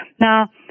Now